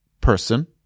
person